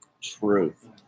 Truth